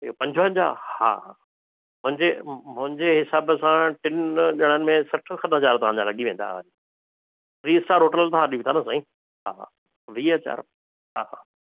इहो पंजवंजाह हा मुंहिंजे मुंहिंजे हिसाब सां टिनि ॼणनि में सठि खनि हज़ार तव्हांजा लॻी वेंदा थ्री स्टार होटल बि तव्हां ॾियूं था न साई हा वीह हज़ार हा